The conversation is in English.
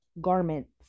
garments